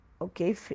Okay